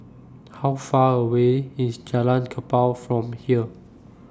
How Far away IS Jalan Kapal from here